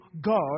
God